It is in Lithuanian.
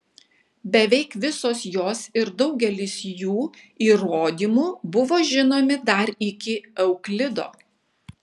beveik visos jos ir daugelis jų įrodymų buvo žinomi dar iki euklido